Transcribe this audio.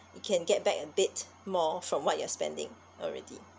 you can get back a bit more from what you're spending already